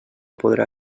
podrà